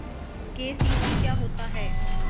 KCC क्या होता है?